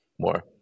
more